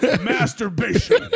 Masturbation